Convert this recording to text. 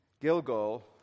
Gilgal